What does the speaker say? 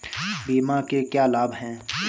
बीमा के क्या लाभ हैं?